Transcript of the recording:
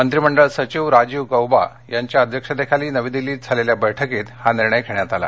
मंत्रीमंडळ सचिव राजीव गऊबा यांच्या अध्यक्षतेखाली नवी दिल्लीत झालेल्या बक्कीत हा निर्णय झाला